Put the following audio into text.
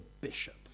bishop